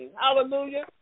Hallelujah